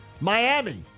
Miami